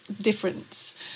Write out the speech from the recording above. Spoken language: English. difference